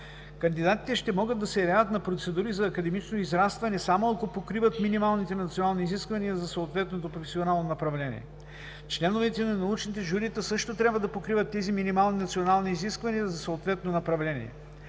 Кандидатите ще могат да се явяват на процедури за академично израстване само ако покриват минималните национални изисквания за съответното професионално направление. Членовете на научните журита също трябва да покриват тези минимални национални изисквания за съответно направление.